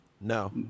No